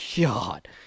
god